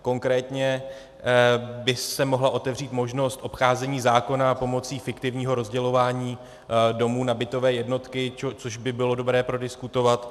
Konkrétně by se mohla otevřít možnost obcházení zákona pomocí fiktivního rozdělování domů na bytové jednotky, což by bylo dobré prodiskutovat.